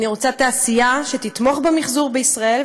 אני רוצה תעשייה שתתמוך במחזור בישראל,